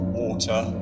water